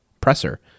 presser